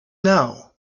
know